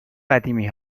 قدیمی